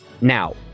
Now